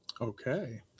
okay